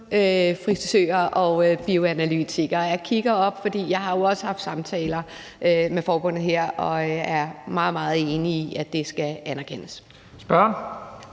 frisører og bioanalytikere. Og jeg kigger op, for jeg har jo også haft samtaler med forbundet her og er meget, meget enig i, at det skal anerkendes. Kl.